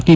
T